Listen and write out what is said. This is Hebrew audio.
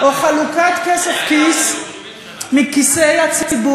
מה היה עד היום, 70 שנה?